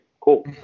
cool